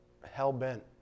hell-bent